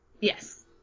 Yes